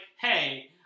Hey